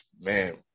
Man